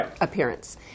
appearance